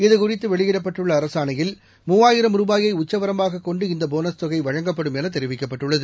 இதுகுறித்து வெளியிடப்பட்டுள்ள அரசாணையில் மூவாயிரம் ரூபாயை உச்சவரம்பாகக் கொண்டு இந்த போனஸ் தொகை வழங்கப்படும் என தெரிவிக்கப்பட்டுள்ளது